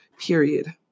period